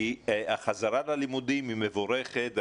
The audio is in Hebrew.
כי החזרה ללימודים היא מבורכת.